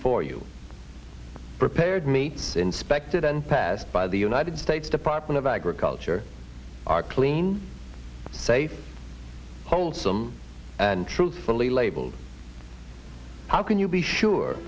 for you prepared me inspected and passed by the united states department of agriculture are clean safe wholesome and truthfully labeled how can you be sure